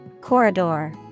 Corridor